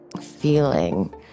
feeling